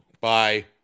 Bye